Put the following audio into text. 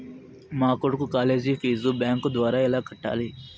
మా కొడుకు college fees bank ద్వారా ఎలా కట్టాలి?